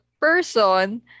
person